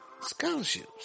scholarships